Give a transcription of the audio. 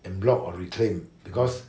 en bloc or reclaimed because